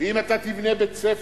ואם אתה תבנה בית-ספר,